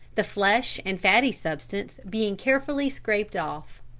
the flesh and fatty substance being carefully scraped off.